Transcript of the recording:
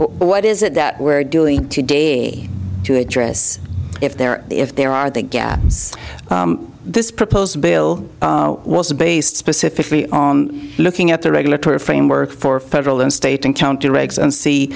what is it that we're doing today to address if there if there are the gaps this proposed bill was based specifically on looking at the regulatory framework for federal and state and county regs and see